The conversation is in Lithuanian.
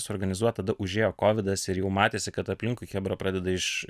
suorganizuot tada užėjo kovidas ir jau matėsi kad aplinkui chebra pradeda iš